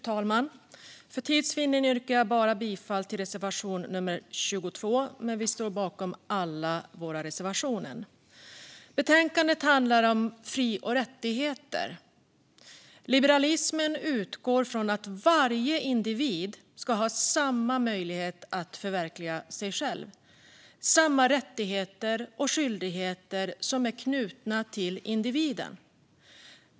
Fru talman! För tids vinning yrkar jag bifall enbart till reservation nummer 22, men vi står bakom alla våra reservationer. Betänkandet handlar om fri och rättigheter. Liberalismen utgår från att alla individer ska ha samma möjlighet att förverkliga sig själva och samma rättigheter och skyldigheter som är knutna till individen.